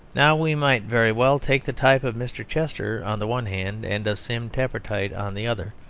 now we might very well take the type of mr. chester on the one hand, and of sim tappertit on the other,